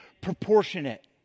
proportionate